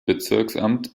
bezirksamt